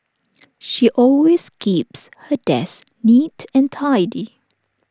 she always keeps her desk neat and tidy